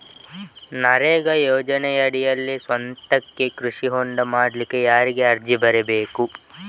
ನರೇಗಾ ಯೋಜನೆಯಡಿಯಲ್ಲಿ ಸ್ವಂತಕ್ಕೆ ಕೃಷಿ ಹೊಂಡ ಮಾಡ್ಲಿಕ್ಕೆ ಯಾರಿಗೆ ಅರ್ಜಿ ಬರಿಬೇಕು?